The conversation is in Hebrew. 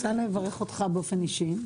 אני רוצה לברך אותך באופן אישי,